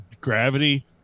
gravity